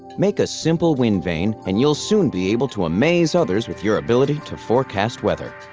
make a simple wind vane, and you'll soon be able to amaze others with your ability to forecast weather.